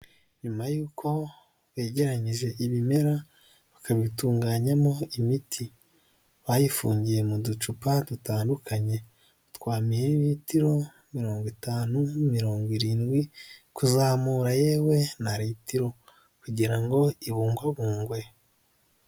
Nyuma yuko begeranyije ibimera, bakabitunganyamo imiti, bayifungiye mu ducupa dutandukanye twa mili litiro mirongo itanu, mirongo irindwi kuzamura yewe na litiro, kugira ngo ibugwabungwe.